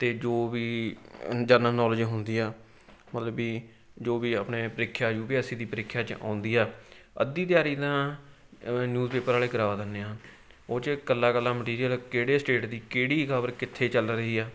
ਅਤੇ ਜੋ ਵੀ ਜਰਨਲ ਨੌਲੇਜ ਹੁੰਦੀ ਆ ਮਤਲਬ ਵੀ ਜੋ ਵੀ ਆਪਣੇ ਪ੍ਰੀਖਿਆ ਯੂ ਪੀ ਐੱਸ ਸੀ ਦੀ ਪ੍ਰੀਖਿਆ 'ਚ ਆਉਂਦੀ ਆ ਅੱਧੀ ਤਿਆਰੀ ਤਾਂ ਨਿਊਜ਼ਪੇਪਰ ਵਾਲੇ ਕਰਾ ਦਿੰਦੇ ਆ ਉਹ 'ਚ ਇਕੱਲਾ ਇਕੱਲਾ ਮਟੀਰੀਅਲ ਕਿਹੜੇ ਸਟੇਟ ਦੀ ਕਿਹੜੀ ਖਬਰ ਕਿੱਥੇ ਚੱਲ ਰਹੀ ਆ